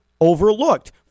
overlooked